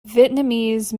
vietnamese